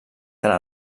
tant